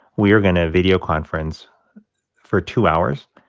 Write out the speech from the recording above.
we are going to videoconference for two hours.